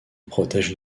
protège